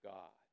God